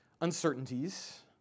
uncertainties